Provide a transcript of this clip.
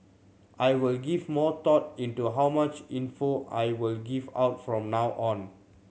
I will give more thought into how much info I will give out from now on